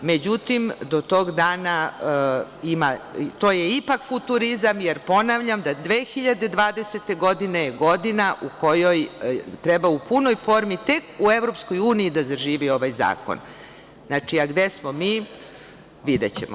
Međutim, do tog dana, to je ipak futurizam, jer ponavljam da 2020. godina, je godina u kojoj treba u punoj formi, tek u EU da zaživi ovaj zakon. znači, a gde smo mi, videćemo.